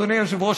אדוני היושב-ראש,